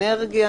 אנרגיה